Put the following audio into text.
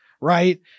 right